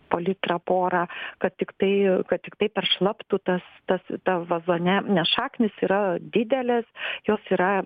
po litrą porą kad tik tai kad tiktai peršlaptų tas tas ta vazone nes šaknys yra didelės jos yra